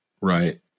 Right